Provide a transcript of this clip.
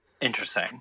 Interesting